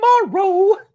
tomorrow